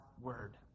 word